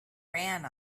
ran